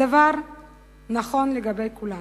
הדבר נכון לגבי כולנו.